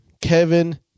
Kevin